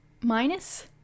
Minus